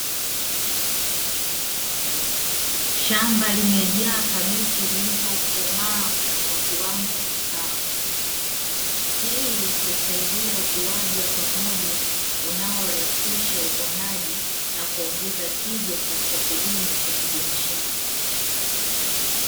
Shamba limejaa kabichi zilizokomaa kwa kiwango sawa. Hii husaidia ukuaji wa pamoja unaorahisisha uvunaji unaoongeza tija katika kilimo cha kibiashara.